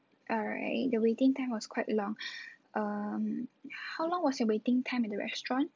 alright the waiting time was quite long um how long was the waiting time at the restaurant